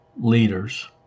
leaders